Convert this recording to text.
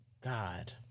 God